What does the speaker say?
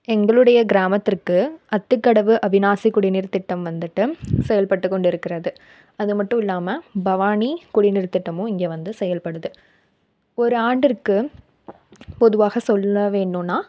எங்களுடைய கிராமத்திற்கு அத்திக்கடவு அவிநாசி குடிநீர் திட்டம் வந்துட்டு செயல்பட்டு கொண்டிருக்கிறது அது மட்டும் இல்லாமல் பவானி குடிநீர் திட்டமும் இங்கே வந்து செயல்படுது ஒரு ஆண்டிற்கு பொதுவாக சொல்ல வேணும்னா